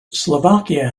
slovakia